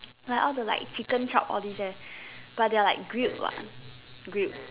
like all the like chicken chop all these eh but they are like grilled what grilled